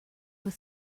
were